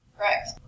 Correct